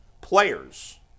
players